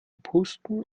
pusten